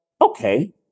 okay